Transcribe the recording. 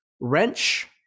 wrench